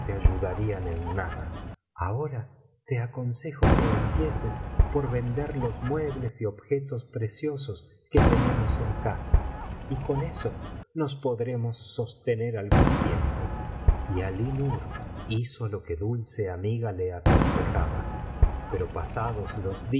ayudarían en nada ahora te aconsejo que empieces por vender los muebles y objetos preciosos que tenemos en casa y con eso nos podremos sostener algún tiempo y alí nur hizo lo que dulce amiga le aconsejaba pero pasados los